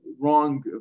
wrong